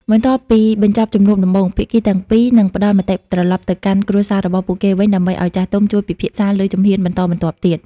បន្ទាប់ពីបញ្ចប់ជំនួបដំបូង ភាគីទាំងពីរនឹងផ្ដល់មតិត្រឡប់ទៅកាន់គ្រួសាររបស់ពួកគេវិញ ដើម្បីឱ្យចាស់ទុំជួយពិចារណាលើជំហានបន្តបន្ទាប់ទៀត។